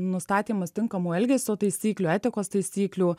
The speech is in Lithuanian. nustatymas tinkamų elgesio taisyklių etikos taisyklių